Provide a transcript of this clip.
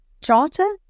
charter